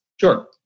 Sure